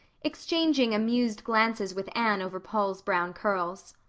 exchanging amused glances with anne over paul's brown curls.